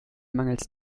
mangels